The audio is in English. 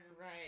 Right